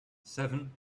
seven